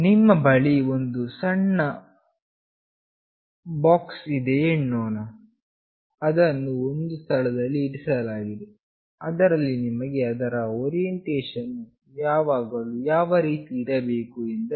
ನಿಮ್ಮ ಬಳಿ ಒಂದು ಸಣ್ಣ ಬಾಕ್ಸ್ ಇದೆ ಎನ್ನೋಣ ಅದನ್ನು ಒಂದು ಸ್ಥಳದಲ್ಲಿ ಇರಿಸಲಾಗಿದೆ ಅದರಲ್ಲಿ ನಿಮಗೆ ಅದರ ಓರಿಯೆಂಟೇಷನ್ ವು ಯಾವಾಗಲು ಯಾವ ರೀತಿ ಇರಬೇಕು ಎಂದರೆ